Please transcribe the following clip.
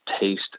taste